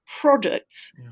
products